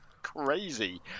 Crazy